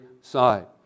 side